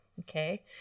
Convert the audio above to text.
Okay